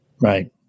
right